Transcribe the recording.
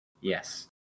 Yes